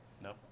No